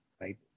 right